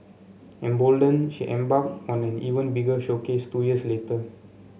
emboldened she embarked on an even bigger showcase two years later